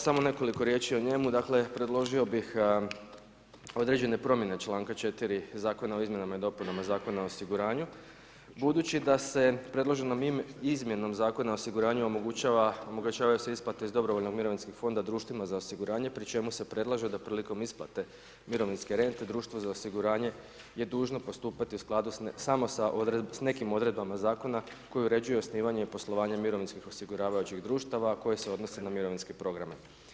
Samo nekoliko riječi o njemu, dakle, predložio bih određene promjene čl. 4. Zakona o izmjenama i dopunama zakona o osiguranju budući da se predloženom izmjenom Zakona o osiguranju omogućava, omogućavaju se isplate iz Dobrovoljnog mirovinskog fonda Društvima za osiguranje, pri čemu se predlaže da prilikom isplate mirovinske rente, Društvo za osiguranje je dužno postupati u skladu samo s nekim odredbama Zakona koje uređuju osnivanje i poslovanje Mirovinskih osiguravajućih društava koji se odnose na mirovinske programe.